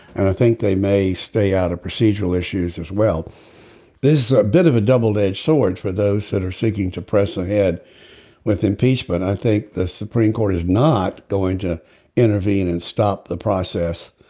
and i think they may stay out of procedural issues as well there's is a bit of a double edged sword for those that are seeking to press ahead with impeachment. i think the supreme court is not going to intervene and stop the process.